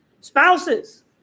Spouses